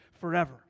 forever